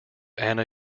anna